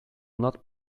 not